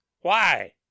Why